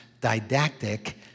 didactic